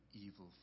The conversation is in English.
evil